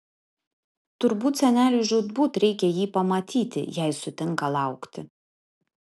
turbūt seneliui žūtbūt reikia jį pamatyti jei sutinka laukti